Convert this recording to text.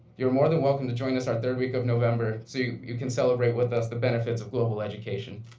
you're more than welcome to join us our third week of november so you can celebrate with us the benefits of global education.